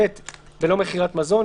(ב) ללא מכירת מזון,